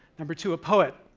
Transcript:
number two, a poet.